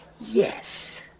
Yes